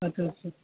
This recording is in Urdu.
اچھا اچھا